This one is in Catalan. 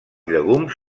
llegums